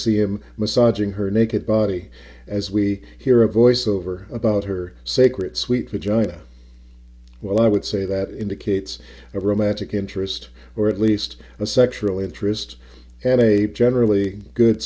see him massaging her naked body as we hear a voiceover about her secret suite with john well i would say that indicates a romantic interest or at least a sexual interest and a generally good